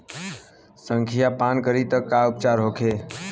संखिया पान करी त का उपचार होखे?